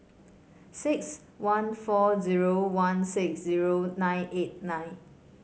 six one four zero one six zero nine eight nine